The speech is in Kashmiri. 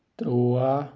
ترُٛواہ